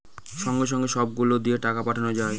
সঙ্গে সঙ্গে সব গুলো দিয়ে টাকা পাঠানো যায়